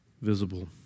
visible